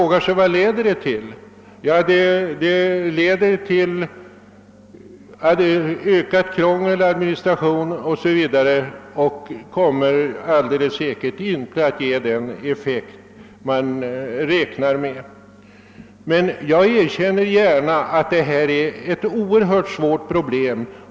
Vad skulle det hela leda till? Jo, det blir ett ökat krångel och ökad administration, och det kommer säkerligen inte att ge den effekt motionärerna räknat med. Jag erkänner gärna att detta är ett oerhört svårt problem.